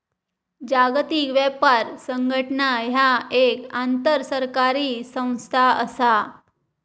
जागतिक व्यापार संघटना ह्या एक आंतरसरकारी संस्था असा